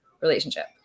relationship